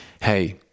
Hey